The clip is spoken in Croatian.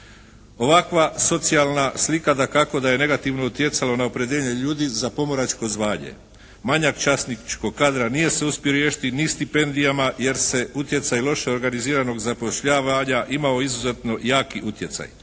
Ovakva socijalna slika dakako da je negativno utjecala na opredjeljenje ljudi za pomoračko zvanje. Manjak časničkog kadra nije se uspio riješiti ni stipendijama jer se utjecaj loše organiziranog zapošljavanja imao izuzetno jaki utjecaj.